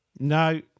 No